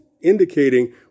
indicating